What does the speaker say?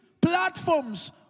platforms